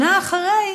שנה אחרי,